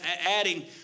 adding